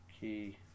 Key